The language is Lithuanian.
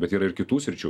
bet yra ir kitų sričių